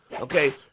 Okay